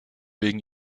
wegen